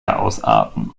ausarten